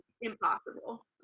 impossible